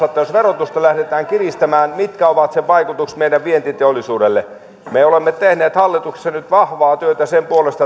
että jos verotusta lähdetään kiristämään niin mitkä ovat sen vaikutukset meidän vientiteollisuudelle me olemme tehneet hallituksessa nyt vahvaa työtä sen puolesta